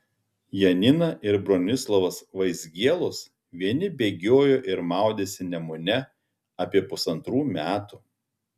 janina ir bronislovas vaizgielos vieni bėgiojo ir maudėsi nemune apie pusantrų metų